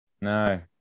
No